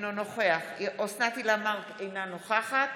אינו נוכח אוסנת הילה מארק, אינה נוכחת